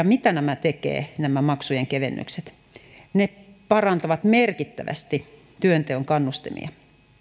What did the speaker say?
mitä nämä maksujen kevennykset tekevät ne parantavat merkittävästi työnteon kannustimia